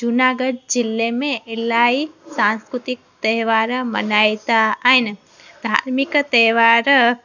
जूनागढ़ जिले में इलाही सांस्कृतिक तहिवार मनाईंदा आहिनि धार्मिक तहिवार